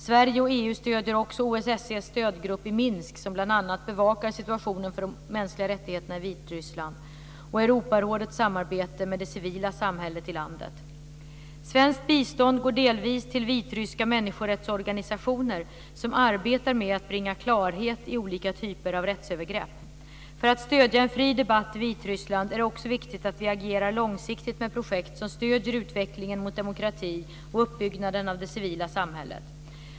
Sverige och EU stöder också OS SE:s stödgrupp i Minsk, som bl.a. bevakar situationen för de mänskliga rättigheterna i Vitryssland, och Europarådets samarbete med det civila samhället i landet. Svenskt bistånd går delvis till vitryska människorättsorganisationer som arbetar med att bringa klarhet i olika typer av rättsövergrepp. För att stödja en fri debatt i Vitryssland är det också viktigt att vi agerar långsiktigt med projekt som stöder utvecklingen mot demokrati och uppbyggnaden av det civila samhället.